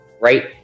right